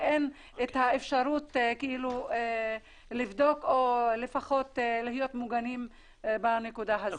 ואין את האפשרות לבדוק או לפחות להיות מוגנים בנקודה הזאת.